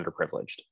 underprivileged